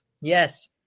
Yes